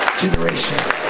Generation